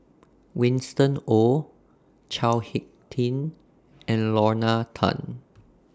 Winston Oh Chao Hick Tin and Lorna Tan